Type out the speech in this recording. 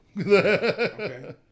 Okay